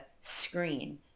screen